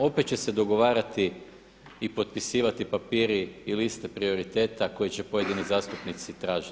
Opet će se dogovarati i potpisivati papiri i liste prioriteta koji će pojedini zastupnici tražiti.